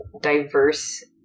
diverse